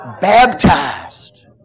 baptized